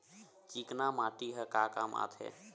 चिकना माटी ह का काम आथे?